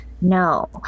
No